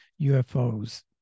UFOs